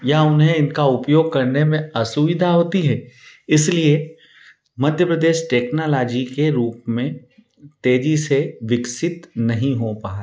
या उन्हें इनका उपयोग करने में असुविधा होती है इसलिए मध्य प्रदेश टेक्नालोजी के रूप में तेजी से विकसित नहीं हो पा रहा है